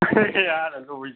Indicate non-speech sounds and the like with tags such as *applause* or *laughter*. अरे यार *unintelligible*